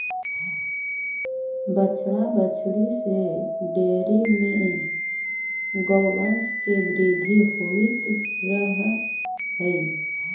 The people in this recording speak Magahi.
बछड़ा बछड़ी से डेयरी में गौवंश के वृद्धि होवित रह हइ